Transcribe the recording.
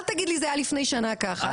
אל תגיד לי זה היה לפני שנה ככה,